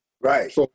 Right